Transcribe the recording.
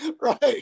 Right